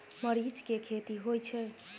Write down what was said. मरीच के खेती होय छय?